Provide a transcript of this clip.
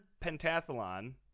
pentathlon